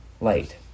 light